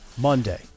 Monday